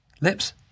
lips